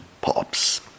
pops